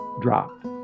dropped